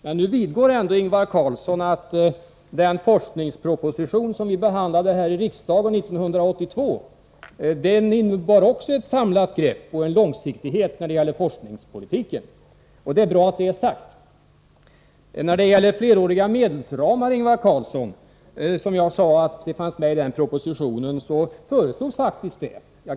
Men sedan vidgick Ingvar Carlsson ändå att också den forskningsproposition som vi behandlade här i riksdagen 1982 innebar ett samlat grepp och innehöll en långsiktig syn på forskningspolitiken. Det är bra att det blev sagt. När det gäller de fleråriga medelsramar som jag sade fanns med i propositionen vidhåller jag faktiskt, Ingvar Carlsson, att sådana föreslogs.